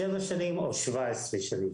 שבע שנים או 17 שנים,